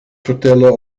vertellen